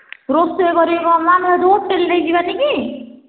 ରୋଷେଇ କରିବି କ'ଣ ବା ଆମେ ହୋଟେଲ୍ ହେଇକି ଯିବାନି କି